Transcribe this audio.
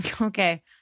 Okay